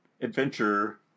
adventure